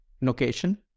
location